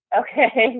Okay